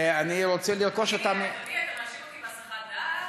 ואני רוצה, אדוני, אתה מאשים אותי בהסחת דעת?